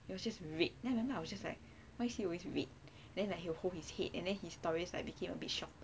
he was just red then every time I was just like why is he always red then like he will hold his head then like his stories became a bit shorter